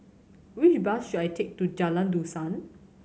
which bus should I take to Jalan Dusan